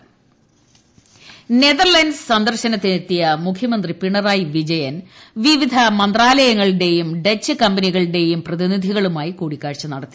Netherlands Netherlands സന്ദർശനത്തിനെത്തിയ മുഖ്യമന്ത്രി പിണറായി വിജയൻ വിവിധ മന്ത്രാലയങ്ങളുടെയും ഡച്ച് കമ്പനികളുടെയും പ്രതിനിധികളുമായി കൂടിക്കാഴ്ച നടത്തി